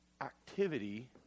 activity